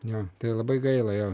jo tai labai gaila jo